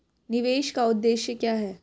निवेश का उद्देश्य क्या है?